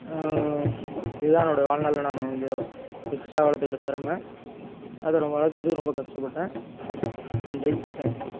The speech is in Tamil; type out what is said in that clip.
இதுதான் என்னோடய வாழ்நாளில் நான் வந்து எக்ஸ்ட்ரா வளர்த்துக்கிட்ட திறமை அதை நான் வளர்க்குறதுக்கு ரொம்ப கஷ்டப்பட்டேன் நன்றி தேங்க்யூ